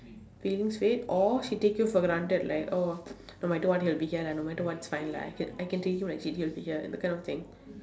feelings fade or she take you for granted like oh no matter what he'll be lah no matter what it's fine lah I can I can take him and him ya that kind of thing